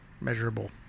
measurable